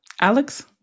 Alex